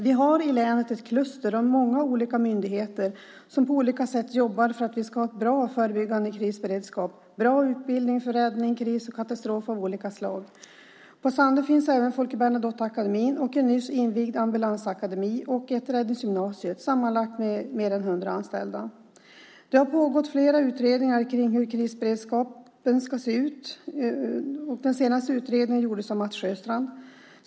Vi har i länet ett kluster av många olika myndigheter som på olika sätt jobbar för att vi ska ha en bra förebyggande krisberedskap och bra utbildning för räddning, kriser och katastrofer av olika slag. På Sandö finns även Folke Bernadotteakademin och en ny invigd ambulansakademi och ett räddningsgymnasium med sammanlagt mer än hundra anställda. Det har pågått flera utredningar hur krisberedskapen ska se ut. Den senaste utredningen gjordes av Mats Sjöstrand.